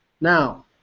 Now